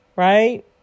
Right